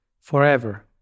forever